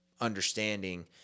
understanding